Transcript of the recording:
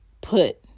put